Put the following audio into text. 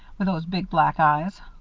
with those big black eyes.